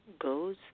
goes